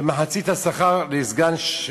ומחצית השכר לסגן ב'.